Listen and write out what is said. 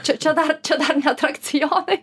čia čia dar čia dar ne atrakcionai